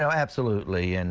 so absolutely. and